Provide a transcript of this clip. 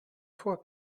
toi